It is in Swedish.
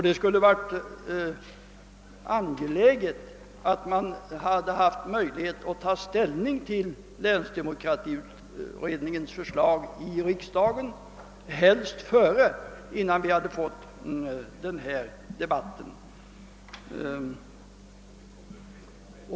Det hade varit bra om vi här i riksdagen haft möjlighet att ta ställning till det förslaget före dagens debatt.